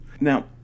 Now